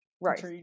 Right